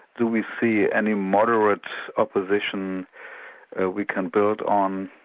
do we see any moderate opposition ah we can build on?